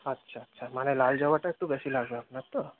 আচ্ছা আচ্ছা মানে লাল জবাটা একটু বেশী লাগবে আপনার তো